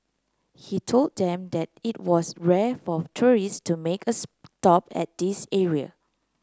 he told them that it was rare for tourists to make a stop at this area